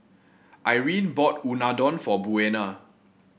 Irine bought Unadon for Buena